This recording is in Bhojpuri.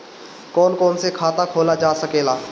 कौन कौन से खाता खोला जा सके ला?